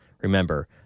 Remember